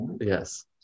Yes